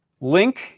link